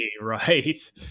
right